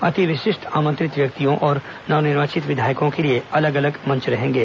अति विशिष्ट आमंत्रित व्यक्तियों और नवनिर्वाचित विधायकों के लिए अलग अलग मंच रहेंगे